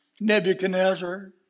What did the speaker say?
Nebuchadnezzar